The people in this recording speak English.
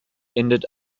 ended